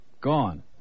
Gone